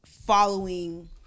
following